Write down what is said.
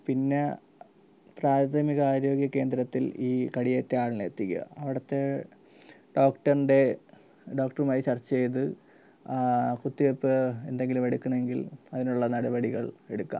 പിന്നെ പ്രാഥമികാരോഗ്യ കേന്ദ്രത്തിൽ ഈ കടിയേറ്റാളിനെ എത്തിക്കുക അവിടത്തെ ഡോക്ടറിൻ്റെ ഡോക്ടറുമായി ചർച്ചേയ്ത് കുത്തിവെപ്പ് എന്തെങ്കിലും എടുക്കണമെങ്കിൽ അതിനുള്ള നടപടികൾ എടുക്കുക